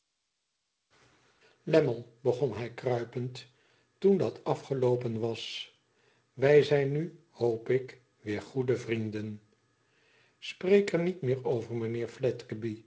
lammie begon hij kruipend toen dat afgeloopen was t wij zijn nu hoop ik weer goede vrienden spreek er niet meer over mijnheer